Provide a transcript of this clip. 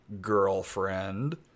girlfriend